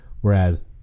Whereas